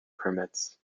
permits